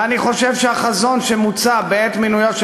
ואני חושב שהחזון שמוצע בעת מינויו של